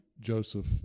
Joseph